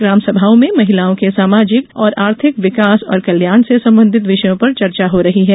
ग्रामसभाओं में महिलाओं के सामाजिक और आर्थिक विकास और कल्याण से संबंधित विषयों पर चर्चा हो रही है